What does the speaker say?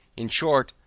in short,